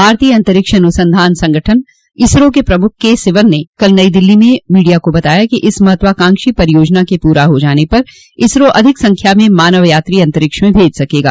भारतीय अंतरिक्ष अनुसंधान संगठन इसरो के प्रमुख के सिवन ने नई दिल्ली में मीडिया को बताया कि इस महात्वाकांक्षी परियोजना के पूरा हो जाने पर इसरो अधिक संख्या में मानव यात्री अंतरिक्ष में भेज सकगा